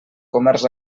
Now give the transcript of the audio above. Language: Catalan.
comerç